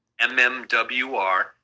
MMWR